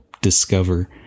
discover